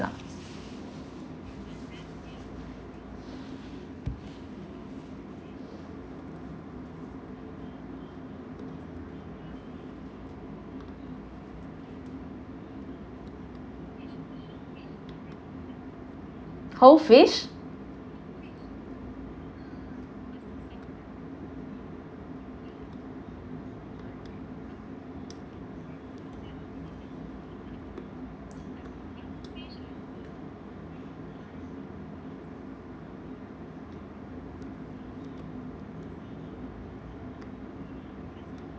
whole fish